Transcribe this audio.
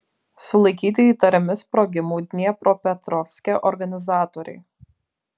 sulaikyti įtariami sprogimų dniepropetrovske organizatoriai